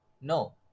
No